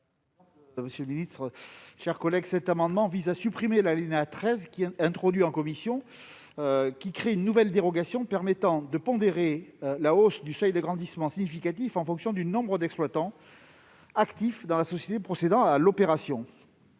est à M. Christian Redon-Sarrazy. Cet amendement vise à supprimer l'alinéa 13, introduit en commission, qui crée une nouvelle dérogation permettant de pondérer à la hausse le seuil d'agrandissement significatif en fonction du nombre d'exploitants actifs dans la société procédant à l'opération.